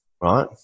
right